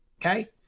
Okay